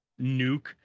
nuke